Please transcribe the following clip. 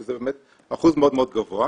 שזה באמת אחוז מאוד מאוד גבוה,